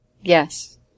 Yes